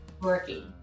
Working